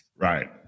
Right